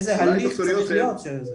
איזה הליך צריך להיות.